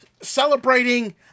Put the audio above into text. celebrating